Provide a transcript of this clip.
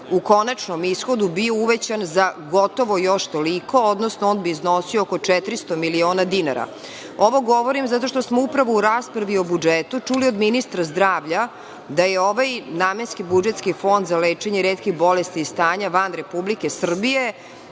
u konačnom ishodu bio uvećan za gotovo još toliko, odnosno on bi iznosio oko 400 miliona dinara. Ovo govorim zato što smo upravo u raspravi o budžetu čuli od ministra zdravlja da je ovaj namenski budžetski Fond za lečenje retkih bolesti i stanja van Republike Srbije